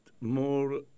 more